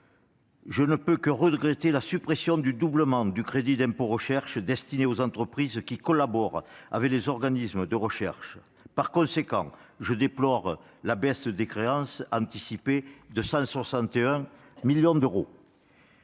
je ne peux que regretter la suppression du doublement du crédit d'impôt recherche (CIR) destiné aux entreprises qui collaborent avec des organismes de recherche et déplorer la baisse de créances anticipée de 161 millions d'euros.